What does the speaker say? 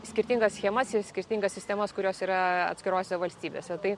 skirtingas schemas ir skirtingas sistemas kurios yra atskirose valstybėse tai